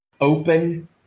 open